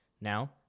Now